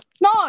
No